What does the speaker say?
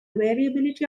variability